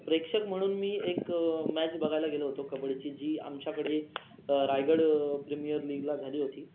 प्रेक्षक म्हणून मी एक मॅच बघायला गेलो होतो कबड्डीची जी आमच्याकडे रायगड प्रिमियर लीगला झाली होती